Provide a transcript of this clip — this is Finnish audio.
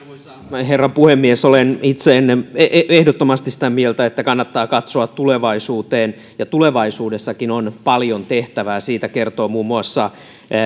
herra puhemies olen itse ehdottomasti sitä mieltä että kannattaa katsoa tulevaisuuteen tulevaisuudessakin on paljon tehtävää siitä kertovat muun muassa